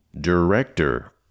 director